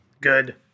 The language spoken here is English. good